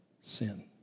sin